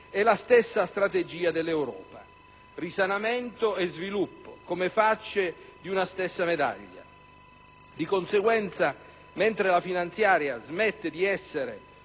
è la stessa dell'Europa: risanamento e sviluppo, come facce di una stessa medaglia. Di conseguenza, mentre la finanziaria smette di essere